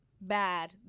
bad